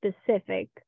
specific